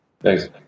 Thanks